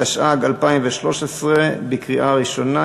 התשע"ג 2013, לקריאה ראשונה.